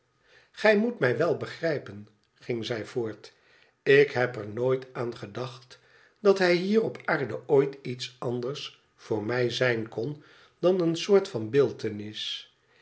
gij moet mij wèl begrijpen ging zij voort ik heb er nooit aan g dacht dat hij luer op aarde ooit iets anders voor mij zijn kon dan een soort van